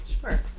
Sure